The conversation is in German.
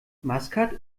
maskat